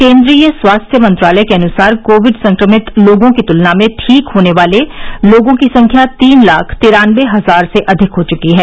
केन्द्रीय स्वास्थ्य मंत्रालय के अनुसार कोविड संक्रमित लोगों की तुलना में ठीक होने वाले लोगों की संख्या तीन लाख तिरानबे हजार से अधिक हो चुकी है